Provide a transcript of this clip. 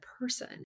person